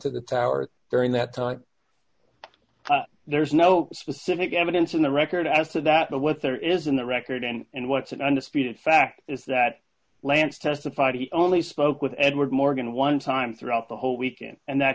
to the tower during that time there's no specific evidence in the record as to that but what there is in the record and what's an undisputed fact is that lance testified he only spoke with edward morgan one time throughout the whole weekend and that